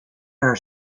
are